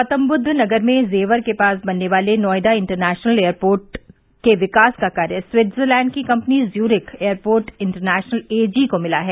गौतमबुद्धनगर में जेवर के पास बनने वाले नोएडा इंटरनेशनल एयरपोर्ट के विकास का कार्य स्विटजरलैण्ड की company Zurich airport international AG को मिला है